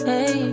Hey